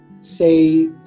say